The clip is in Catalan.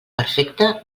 perfecta